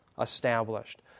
established